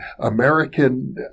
American